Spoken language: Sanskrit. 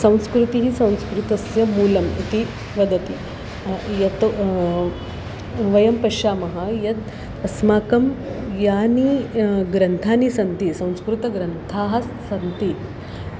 संस्कृतिः संस्कृतस्य मूलम् इति वदति यतः वयं पश्यामः यद् अस्माकं यानि ग्रन्थानि सन्ति संस्कृतग्रन्थाः सन्ति